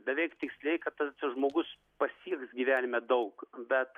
beveik tiksliai kad ta tas žmogus pasieks gyvenime daug bet